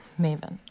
Maven